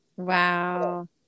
wow